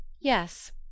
Yes